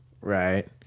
Right